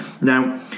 Now